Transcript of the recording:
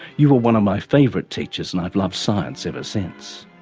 you were one of my favourite teachers and i have loved science ever since.